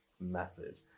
message